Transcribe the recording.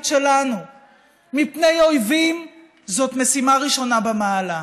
שלנו מפני אויבים זאת משימה ראשונה במעלה.